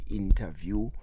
interview